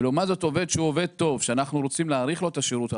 ולעומת זאת עובד שהוא עובד טוב שאנחנו רוצים להאריך לו את השירות,